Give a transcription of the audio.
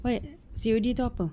what C_O_D tu apa